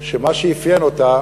שמה שאפיין אותה